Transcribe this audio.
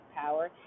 power